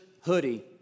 hoodie